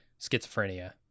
schizophrenia